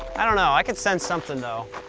i dunno, i can sense something, though.